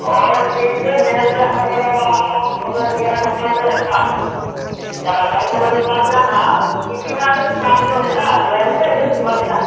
ᱦᱮᱸ ᱴᱷᱤᱠ ᱜᱮᱭᱟ ᱧᱮᱞ ᱢᱮ ᱟᱫᱚ ᱟᱢ ᱥᱟᱞᱟᱜ ᱱᱤᱭᱟᱹ ᱨᱚᱯᱚᱲ ᱜᱮ ᱵᱟᱝ ᱵᱟᱨ ᱦᱟᱡᱟᱨ ᱫᱚ ᱵᱟᱹᱞᱤᱧ ᱮᱢᱟ ᱵᱤᱱᱟ ᱦᱟᱸᱜ ᱠᱤᱪᱷᱤ ᱢᱟ ᱦᱟᱸᱜ ᱞᱤᱧ ᱠᱚᱢ ᱧᱚᱜ ᱵᱤᱱᱟ ᱡᱚᱢᱼᱧᱩ ᱞᱤᱧ ᱮᱢᱟ ᱵᱤᱱᱟ